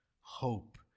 hope